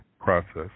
process